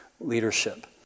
leadership